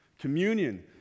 Communion